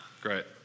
Great